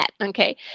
okay